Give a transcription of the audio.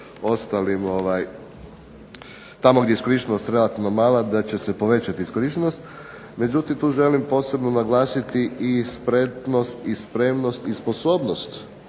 ostalim, tamo gdje je iskorištenost relativno mala da će se povećati iskorištenost, međutim tu želim posebno naglasiti i spretnost i spremnost i sposobnost